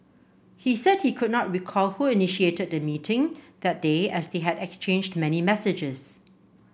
he said he could not recall who initiated the meeting that day as they had exchanged many messages